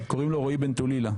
קוראים לו רועי בן טולילה,